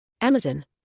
Amazon